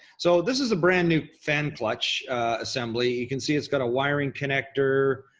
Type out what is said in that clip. so this is a brand new fan clutch assembly. you can see it's got a wiring connector,